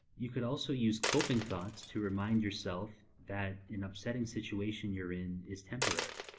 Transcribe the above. you could also use coping thoughts to remind yourself that an upsetting situation you are in is temporary.